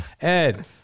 Ed